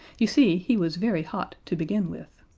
you see, he was very hot to begin with.